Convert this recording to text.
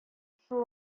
шул